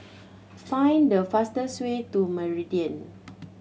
find the fastest way to Meridian